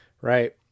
right